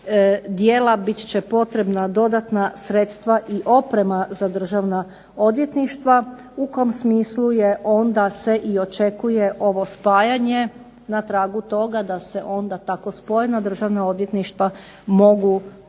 djela bit će potrebna dodatna sredstva i oprema za državna odvjetništva u kom smislu onda se i očekujemo ovo spajanje. Na tragu toga da se onda tako spojena državna odvjetništva mogu